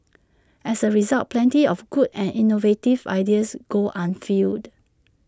as A result plenty of good and innovative ideas go unfulfilled